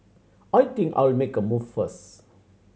I think I'll make a move first